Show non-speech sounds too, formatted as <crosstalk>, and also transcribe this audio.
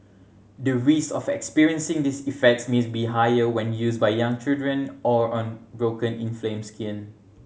the risk of experiencing these effects may <unintelligible> be higher when used by young children or on broken inflamed skin